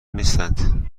نیستند